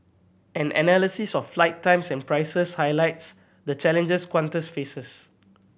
an analysis of flight times and prices highlights the challenges Qantas faces